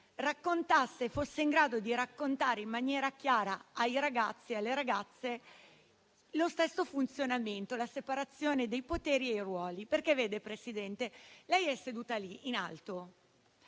Camera, fosse in grado di raccontare in maniera chiara ai ragazzi e alle ragazze lo stesso funzionamento, la separazione dei poteri e i ruoli. Vede, Presidente, lei è seduta lì in alto